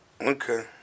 Okay